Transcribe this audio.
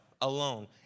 alone